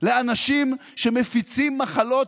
לאנשים שמפיצים מחלות,